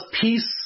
peace